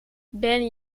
ben